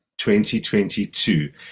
2022